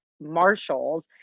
Marshalls